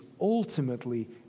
ultimately